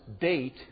date